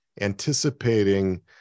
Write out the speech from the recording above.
anticipating